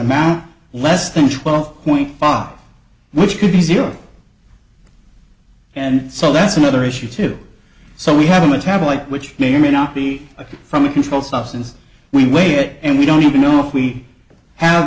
amount less than twelve point fox which could be zero and so that's another issue too so we have a metabolite which may or may not be from a controlled substance we weigh it and we don't even know if we have